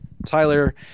Tyler